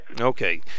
Okay